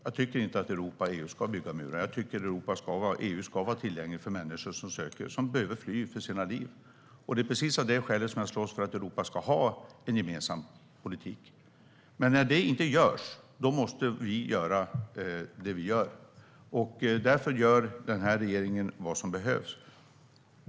Jag tycker inte att Europa och EU ska bygga murar. EU ska vara tillgängligt för människor som behöver fly för sina liv. Det är precis av det skälet som jag slåss för att Europa ska ha en gemensam politik. Men när det inte görs måste vi göra det vi gör. Därför gör den här regeringen vad som behövs.